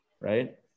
right